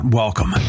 welcome